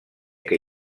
que